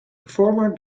performer